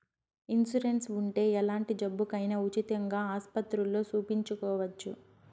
insurance ఉంటే ఎలాంటి జబ్బుకైనా ఉచితంగా ఆస్పత్రుల్లో సూపించుకోవచ్చు